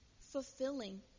fulfilling